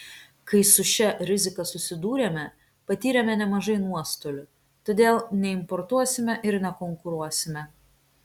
kai su šia rizika susidūrėme patyrėme nemažai nuostolių todėl neimportuosime ir nekonkuruosime